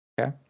Okay